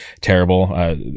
terrible